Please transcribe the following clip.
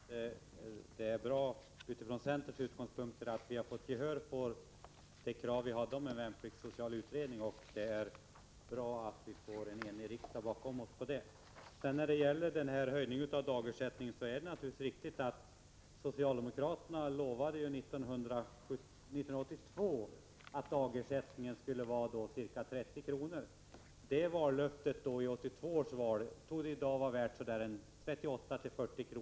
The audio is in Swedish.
Fru talman! Låt mig bara konstatera att det från centerns utgångspunkter är bra att vi har fått gehör för vårt krav på en värnpliktssocial utredning och att en enig riksdag står bakom det. När det gäller höjningen av dagersättningen är det riktigt att socialdemokraterna före 1982 års val lovade att dagersättningen skulle vara ca 30 kr. Detta vallöfte torde i dag vara värt 38-40 kr.